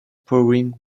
pouring